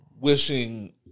wishing